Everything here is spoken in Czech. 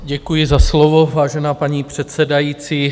Děkuji za slovo, vážená paní předsedající.